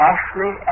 Ashley